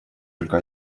только